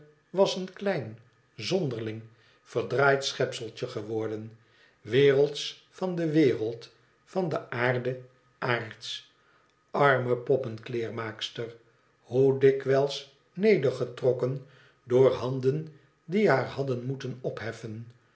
was een klein zonderling verdraaid schepseltje geworden wereldsch van de wereld van de aarde aardsch arme poppenkleermaakster hoe dikwijls nedergetrokken door handen die haar hadden moeten opheffen